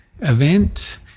event